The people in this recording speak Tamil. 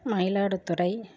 மயிலாடுதுறை